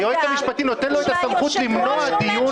----- והיועץ המשפטי נותן לו פררוגטיבה לא לקיים את הדיון הזה,